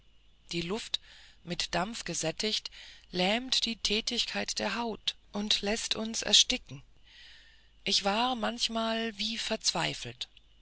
die luft mit dampf gesättigt lähmt die tätigkeit der haut und läßt uns ersticken ich war manchmal wie verzweifelt